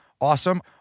awesome